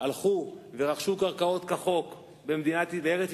הלכו ורכשו קרקעות כחוק בארץ-ישראל,